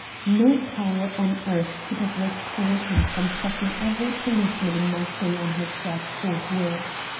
no power on earth could have restrained him from setting every policeman in marseilles on her track forthwith.